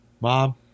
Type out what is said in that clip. Mom